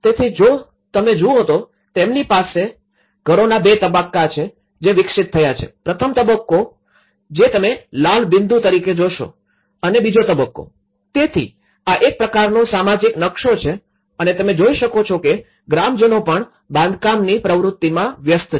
તેથી જો તમે જુઓ તો તેમની પાસે ઘરોના બે તબક્કા છે જે વિકસિત થયા છે પ્રથમ તબક્કો જે તમે લાલ બિંદુ તરીકે જોશો અને બીજો તબક્કો તેથી આ એક પ્રકારનો સામાજિક નકશો છે અને તમે જોઈ શકો છો કે ગ્રામજનો પણ બાંધકામની પ્રવૃત્તિમાં વ્યસ્ત છે